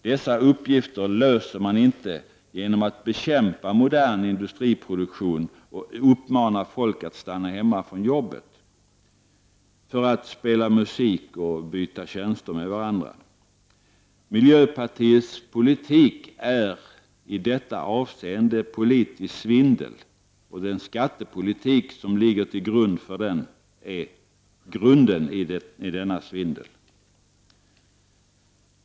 Dessa uppgifter löser man inte genom att bekämpa modern industriproduktion och uppmana folk att stanna hemma från jobbet för att spela musik och byta tjänster med varandra. Miljöpartiets politik är i detta avseende politisk svindel, och deras skattepolitik är grunden i denna svindel.